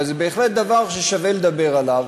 אבל זה בהחלט דבר ששווה לדבר עליו,